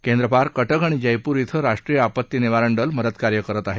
केंद्रपार कटक आणि जयपूर क्विं राष्ट्रीय आपत्ती निवारण दल मदतकार्य करत आहे